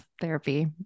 therapy